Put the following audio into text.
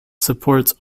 supports